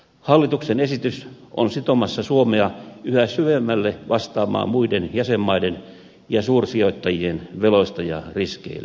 hallituksen esitys on sitomassa suomea yhä syvemmälle vastaamaan muiden jäsenmaiden ja suursijoittajien veloista ja riskeistä